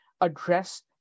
address